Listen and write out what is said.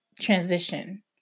transition